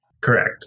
Correct